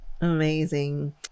Amazing